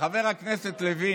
בוא תחסוך לנו את כל,